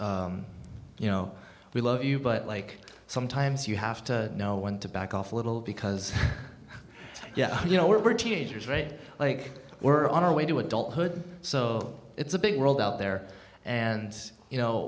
you know we love you but like sometimes you have to know when to back off a little because yeah you know we're teenagers right like we're on our way to adulthood so it's a big world out there and you know